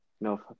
No